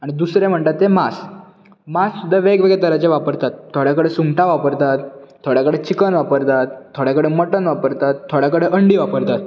आनी दुसरे म्हणटात ते मांस मांस सुद्दां वेग वेगळे तरांचे वापरतात थोडे कडेन सुंगटां वापरतात थोडे कडेन चिकन वापरतात थोडे कडेन मटण वापरतात थोडे कडेन अंडी वापरतात